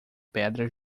pedra